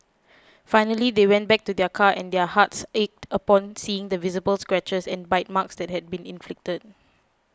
finally they went back to their car and their hearts ached upon seeing the visible scratches and bite marks that had been inflicted